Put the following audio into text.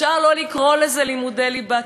אפשר לא לקרוא לזה לימודי ליבה,